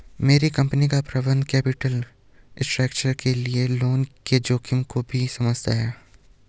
मेरी कंपनी का प्रबंधन कैपिटल स्ट्रक्चर के लिए लोन के जोखिम को भी समझता है